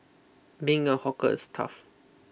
being a hawker is tough